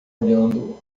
olhando